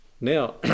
Now